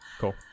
cool